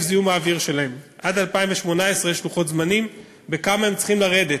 זיהום האוויר שלהם עד 2018. יש לוחות זמנים בכמה הם צריכים לרדת,